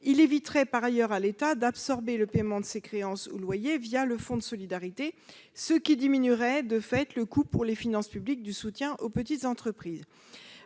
Il éviterait par ailleurs à l'État d'absorber le paiement de ces créances ou loyers le fonds de solidarité, ce qui diminuerait de fait le coût pour les finances publiques du soutien aux petites entreprises.